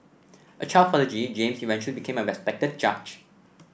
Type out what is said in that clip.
a child prodigy James eventually became a respected judge